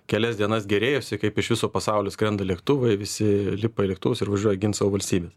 kelias dienas gėrėjosi kaip iš viso pasaulio skrenda lėktuvai visi lipa į lėktuvus ir važiuoja gint savo valstybės